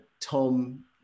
Tom